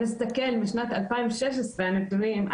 אם נסתכל משנת 2016 על נתונים,